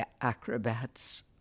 acrobats